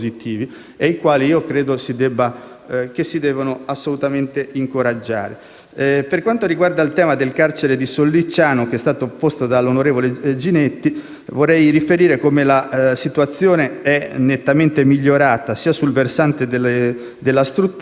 Per quanto riguarda il tema dal carcere di Sollicciano, posto dalla senatrice Ginetti, vorrei riferire che la situazione è nettamente migliorata sul versante della struttura, delle condizioni di vita dei detenuti